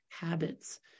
habits